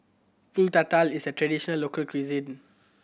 Pulut Tatal is a traditional local cuisine